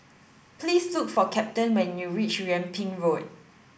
please look for Captain when you reach Yung Ping Road